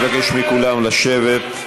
אני מבקש מכולם לשבת.